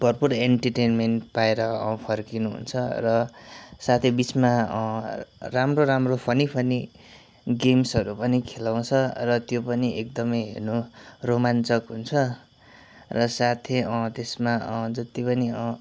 भरपुर एन्टरटेन्मेन्ट पाएर फर्किनुहुन्छ र साथै बिचमा राम्रो राम्रो फनी फनी गेम्सहरू पनि खेलाउँछ र त्यो पनि एकदमै हेर्नु रोमाञ्चक हुन्छ र साथै त्यसमा जति पनि